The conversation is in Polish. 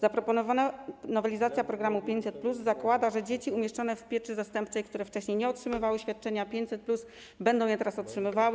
Zaproponowana nowelizacja programu 500+ zakłada, że dzieci umieszczone w pieczy zastępczej, które wcześniej nie otrzymywały świadczenia 500+, będą je teraz otrzymywały.